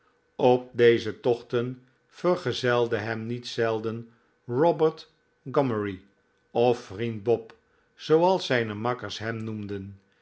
op deze tochten vergezelde hem niet zelden robert gomery of vriend bob zooals zijne makkers hem noemden